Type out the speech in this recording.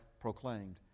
proclaimed